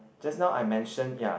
just now I mentioned ya